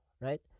right